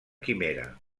quimera